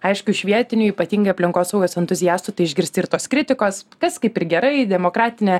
aišku iš vietinių ypatingai aplinkosaugos entuziastų tai išgirsti ir tos kritikos kas kaip ir gerai demokratinė